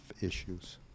issues